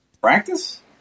practice